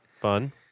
Fun